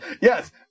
Yes